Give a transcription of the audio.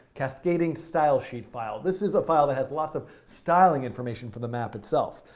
cascading style sheet file. this is a file that has lots of styling information for the map itself.